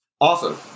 Awesome